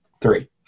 Three